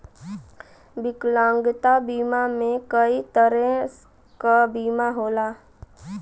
विकलांगता बीमा में कई तरे क बीमा होला